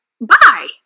bye